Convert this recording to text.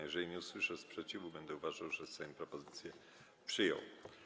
Jeżeli nie usłyszę sprzeciwu, będę uważał, że Sejm propozycję przyjął.